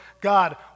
God